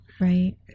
Right